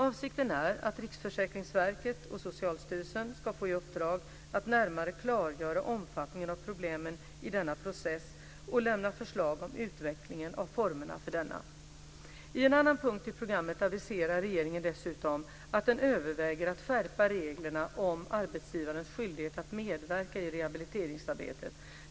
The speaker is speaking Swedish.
Avsikten är att Riksförsäkringsverket och Socialstyrelsen ska få i uppdrag att närmare klargöra omfattningen av problemen i denna process och lämna förslag om utvecklingen av formerna för denna. I en annan punkt i programmet aviserar regeringen dessutom att den överväger att skärpa reglerna om arbetsgivares skyldighet att medverka i rehabiliteringsarbetet.